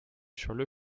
scholle